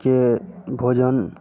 के भोजन